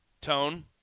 Tone